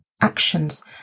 actions